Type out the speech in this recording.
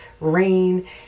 rain